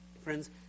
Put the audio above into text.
Friends